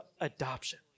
adoption